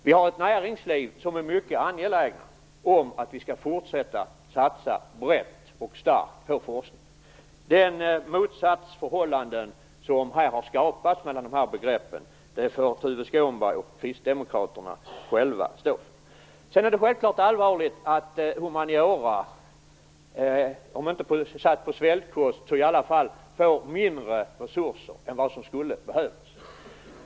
Vi har ett näringsliv som är mycket angeläget om att vi skall fortsätta satsa brett och starkt på forskning. Det motsatsförhållande som har skapats mellan dessa begrepp får Tuve Skånberg och Kristdemokraterna själva stå för. Det är självfallet allvarligt att humaniora om inte satts på svältkost så i alla fall fått mindre resurser än vad som skulle behövas.